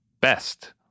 best